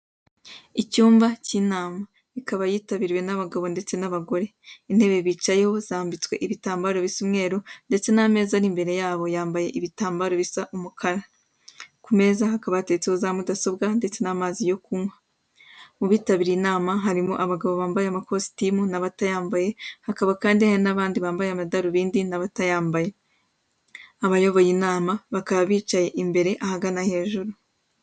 Icyumba cy'inama ikaba yitabiriwe n'abagabo ndetse n'abagore, intebe bicayeho zambitswe ibitambaro bisa umweru ndetse n'ameza ari imbere yabo yambaye ibitambaro bisa umukara. Ku meza hakaba hateretseho za mudasobwa ndetse n'amazi yo kunywa. Mu bitabiriye inama harimo abagabo bambaye amakositimu n'abatayambaye hakaba kandi hari n'abandi bambaye amadarubindi n'abatayambaye. Abayoboye inama bakaba bicaye imbere ahagana hejuru.